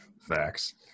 Facts